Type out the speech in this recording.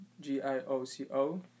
G-I-O-C-O